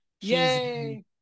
Yay